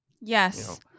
Yes